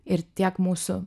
ir tiek mūsų